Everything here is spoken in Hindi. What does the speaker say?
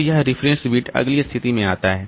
तो यह रेफरेंस बिट अगली स्थिति में आता है